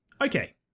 Okay